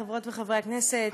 חברות וחברי הכנסת,